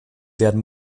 werden